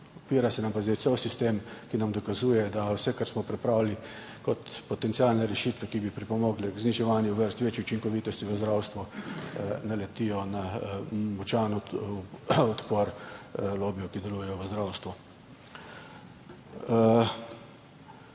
Odpira se nam pa zdaj cel sistem, ki nam dokazuje, da vse, kar smo pripravili kot potencialne rešitve, ki bi pripomogle k zniževanju vrst, večji učinkovitosti v zdravstvu, naleti na močan odpor lobijev, ki delujejo v zdravstvu.